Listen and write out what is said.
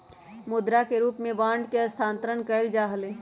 मुद्रा के रूप में बांडवन के स्थानांतरण कइल जा हलय